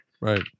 Right